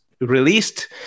released